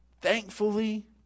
Thankfully